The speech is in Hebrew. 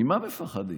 ממה מפחדים?